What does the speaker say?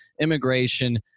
immigration